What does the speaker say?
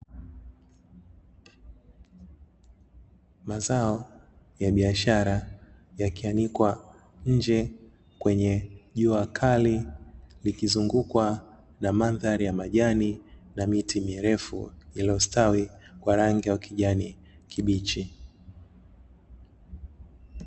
Mazao ya biashara yakianikwa nje kwenye jua kali, likizungukwa na mandhari ya majani na miti mirefu iliyostawi kwa rangi ya kijani kibichi.